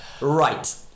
Right